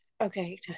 okay